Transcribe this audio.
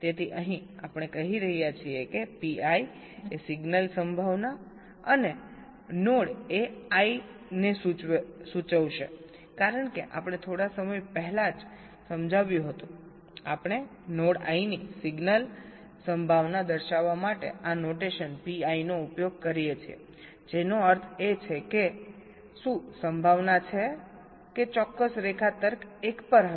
તેથી અહીં આપણે કહી રહ્યા છીએ કે Pi એ સિગ્નલ સંભાવના અને નોડ એ i ને સૂચવશે કારણ કે આપણે થોડા સમય પહેલા જ સમજાવ્યું હતું આપણે નોડ i ની સિગ્નલ સંભાવના દર્શાવવા માટે આ નોટેશન Pi નો ઉપયોગ કરીએ છીએ જેનો અર્થ એ છે કે શું સંભાવના છે કે ચોક્કસ રેખા તર્ક 1 પર હશે